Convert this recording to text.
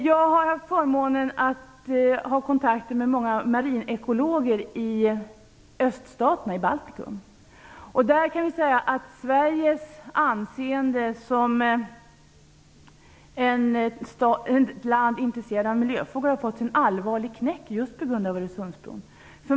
Jag har haft förmånen att ha kontakt med många marinekologer i Baltikum, och jag kan säga att Sveriges anseende som ett land intresserat av miljöfrågor har fått en allvarlig knäck just på grund av Öresundsbron.